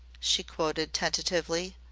she quoted tentatively.